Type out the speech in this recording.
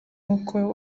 nkuko